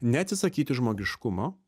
neatsisakyti žmogiškumo